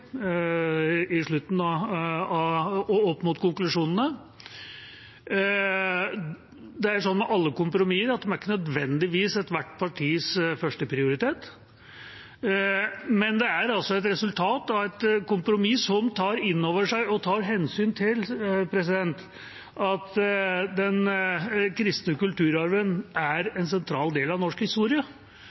opp mot konklusjonene. Det er sånn med alle kompromisser at de er ikke nødvendigvis ethvert partis førsteprioritet, men dette er et resultat av et kompromiss som tar inn over seg og tar hensyn til at den kristne kulturarven er en sentral del av norsk historie,